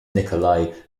nikolay